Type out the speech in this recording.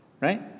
right